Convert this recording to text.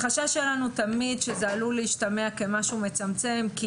תמיד החשש שלנו הוא שזה עלול להשתמע כמשהו מצמצם כי